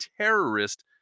terrorist